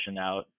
out